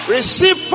Receive